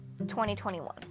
2021